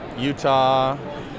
Utah